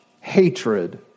hatred